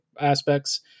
aspects